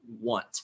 want